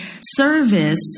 service